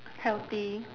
healthy